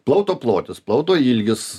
plauto plotis plaudo ilgis